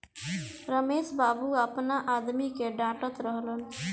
रमेश बाबू आपना आदमी के डाटऽत रहलन